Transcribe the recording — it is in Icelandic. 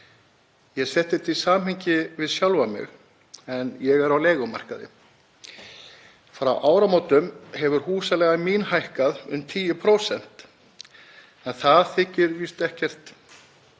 Ég setti þetta í samhengi við sjálfan mig en ég er á leigumarkaði. Frá áramótum hefur húsaleiga mín hækkað um 10% en það þykir víst ekkert